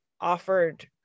offered